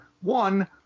One